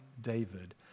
David